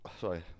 sorry